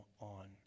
on